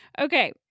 Okay